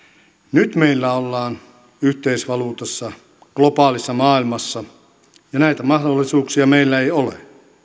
nyt meillä ollaan yhteisvaluutassa globaalissa maailmassa ja näitä mahdollisuuksia meillä ei ole